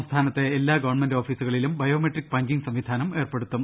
സംസ്ഥാനത്തെ എല്ലാ ഗവൺമെന്റ് ഓഫീസുകളിലും ബയോ മെട്രിക് പഞ്ചിംഗ് സംവിധാനം ഏർപ്പെടുത്തും